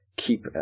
keep